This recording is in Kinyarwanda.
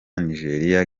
nigeria